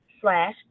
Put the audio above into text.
slash